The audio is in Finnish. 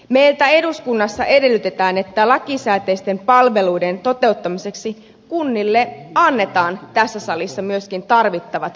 meiltä eduskunnassa edellytetään että lakisääteisten palveluiden toteuttamiseksi kunnille annetaan tässä salissa myöskin tarvittavat resurssit